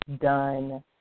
done